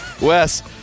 Wes